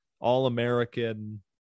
All-American